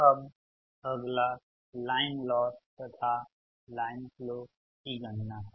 अब अगला line loss तथा लाइन फ्लो की गणना है